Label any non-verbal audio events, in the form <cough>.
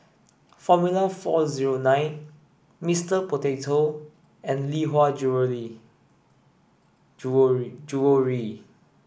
Formula four zero nine Mister Potato and Lee Hwa Jewellery <unintelligible> Jewellery